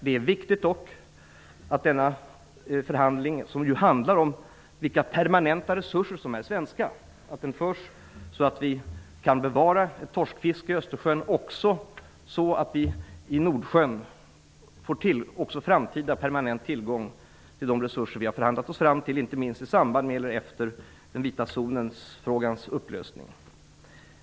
Det är dock viktigt att denna förhandling, som ju gäller vilka permanenta resurser som är svenska, förs så att vi kan bevara torskfiske i Östersjön och även i Nordsjön får framtida permanent tillgång till de resurser vi har förhandlat oss fram till, inte minst i samband med upplösningen av frågan om den vita zonen.